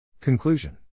Conclusion